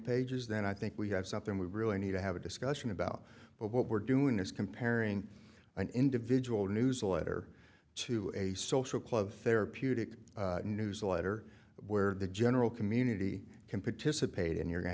pages then i think we have something we really need to have a discussion about but what we're doing is comparing an individual news a letter to a social club therapeutic newsletter where the general community can participate in you